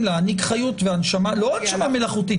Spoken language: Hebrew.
להעניק חיות והנשמה לא הנשמה מלאכותית,